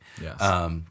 Yes